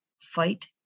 fight